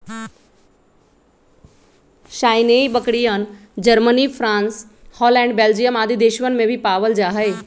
सानेंइ बकरियन, Germany, France, Holland, Belgium आदि देशवन में भी पावल जाहई